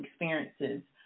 experiences